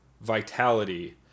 vitality